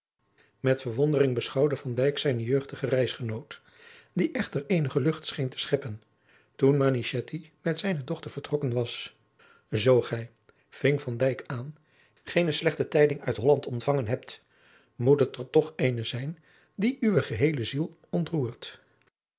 met verwondering beschouwde van dijk zijnen jeugdigen reisgenoot die echter eenige lucht scheen te scheppen toen manichetti met zijne dochter vertrokken was zoo gij ving van dijk aan geene slechte tijding uit holland ontvangen hebt moet het er toch eene zijn die uwe geheele ziel ontroert